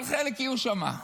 אבל חלק יהיו שם.